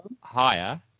higher